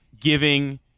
giving